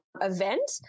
event